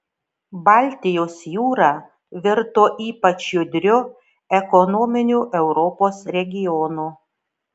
baltijos jūra virto ypač judriu ekonominiu europos regionu